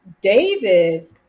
David